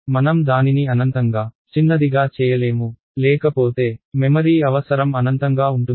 మనం దానిని అనంతంగా చిన్నదిగా చేయలేము లేకపోతే మెమరీ అవసరం అనంతంగా ఉంటుంది